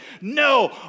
No